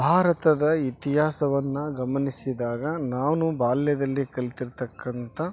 ಭಾರತದ ಇತಿಹಾಸವನ್ನ ಗಮನಿಸಿದಾಗ ನಾನು ಬಾಲ್ಯದಲ್ಲಿ ಕಲ್ತಿರ್ತಕ್ಕಂಥ